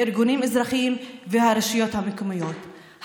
ארגונים אזרחיים והרשויות המקומיות,